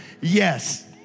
Yes